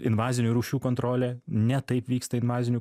invazinių rūšių kontrolė ne taip vyksta invazinių